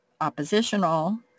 oppositional